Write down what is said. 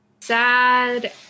sad